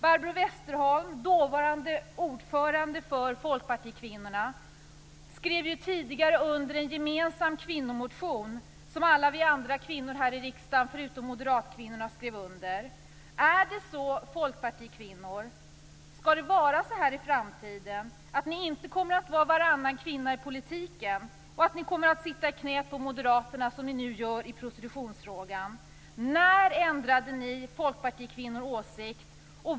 Barbro Westerholm, dåvarande ordförande för folkpartikvinnorna, skrev tidigare under en gemensam kvinnomotion som alla vi andra kvinnor här i riksdagen - förutom moderatkvinnorna Skall det vara så i framtiden, folkpartikvinnor, att ni inte kommer att vara varannan kvinna i politiken och att ni kommer att sitta i knät på moderaterna, som ni nu gör i prostitutionsfrågan? När och varför ändrade ni folkpartikvinnor åsikt?